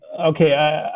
okay